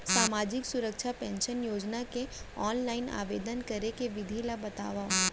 सामाजिक सुरक्षा पेंशन योजना के ऑनलाइन आवेदन करे के विधि ला बतावव